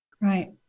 right